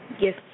Yes